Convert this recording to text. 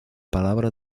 palabra